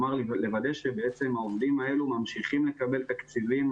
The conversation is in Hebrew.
לוודא שהעובדים האלה ממשיכים לקבל תקציבים,